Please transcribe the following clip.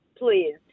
please